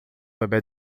bebê